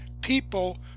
people